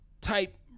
type